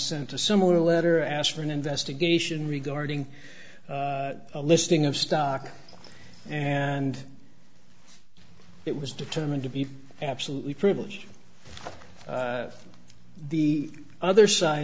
sent a similar letter asked for an investigation regarding a listing of stock and it was determined to be absolutely privilege the other side